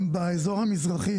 באזור המזרחי,